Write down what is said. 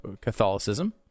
Catholicism